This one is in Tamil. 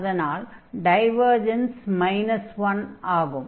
அதனால் டைவர்ஜன்ஸ் மைனஸ் 1 ஆகும்